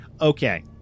Okay